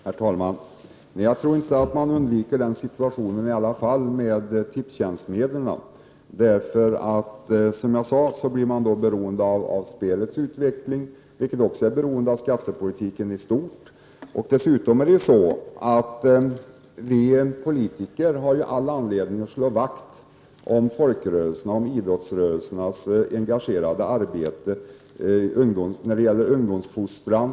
Herr talman! Nej, jag tror inte att man undviker den situationen med Tipstjänstmedlen. Som jag sade blir man då beroende av spelets utveckling, vilken också är beroende av skattepolitiken i stort. Dessutom har vi politiker all anledning att slå vakt om folkrörelserna — och om idrottsrörelsens engagerade arbete när det gäller ungdomsfostran.